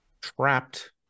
trapped